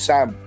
Sam